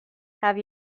have